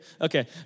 Okay